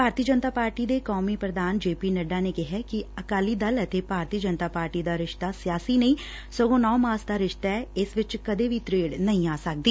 BJP ਦੇ ਕੌਮੀ ਪ੍ਧਾਨ ਜੇ ਪੀ ਨੱਡਾ ਨੇ ਕਿਹੈ ਕਿ ਅਕਾਲੀ ਦਲ ਅਤੇ ਭਾਰਤੀ ਜਨਤਾ ਪਾਰਟੀ ਦਾ ਰਿਸ਼ਤਾ ਸਿਆਸੀ ਨਹੀ ਸਗੋਂ ਨਹੀ ਮਾਸ ਦਾ ਰਿਸ਼ਤਾ ਐ ਇਸ ਵਿੱਚ ਕਦੇ ਵੀ ਤਰੇੜ ਨਹੀ ਆ ਸਕਦੀ